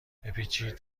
بپیچید